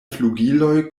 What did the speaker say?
flugiloj